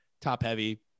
top-heavy